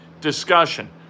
discussion